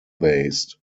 based